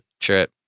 trip